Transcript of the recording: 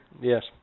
yes